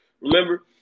Remember